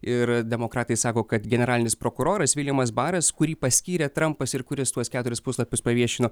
ir demokratai sako kad generalinis prokuroras viljemas baras kurį paskyrė trampas ir kuris tuos keturis puslapius paviešino